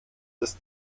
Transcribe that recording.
ist